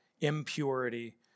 impurity